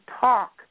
talk